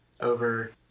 over